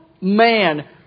man